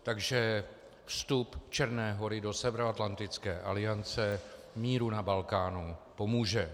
Takže vstup Černé Hory do Severoatlantické aliance míru na Balkánu pomůže.